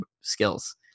skills